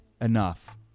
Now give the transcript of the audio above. enough